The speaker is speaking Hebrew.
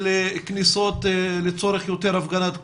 של כניסות לצורך יותר הפגנת כוח,